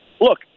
look